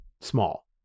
small